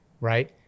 right